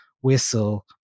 whistle